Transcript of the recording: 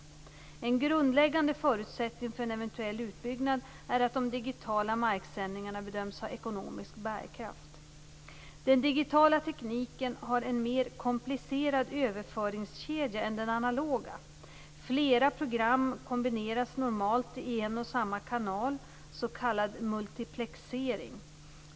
En grundläggande förutsättning för en eventuell utbyggnad är att de digitala marksändningarna bedöms ha ekonomisk bärkraft. Den digitala tekniken har en mer komplicerad överföringskedja än den analoga. Flera program kombineras normalt i en och samma signal, s.k. multiplexering.